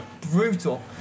brutal